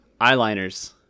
eyeliners